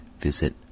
visit